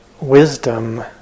wisdom